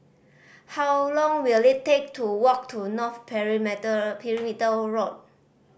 how long will it take to walk to North Perimeter Road